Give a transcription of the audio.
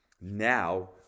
Now